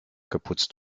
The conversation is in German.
geputzt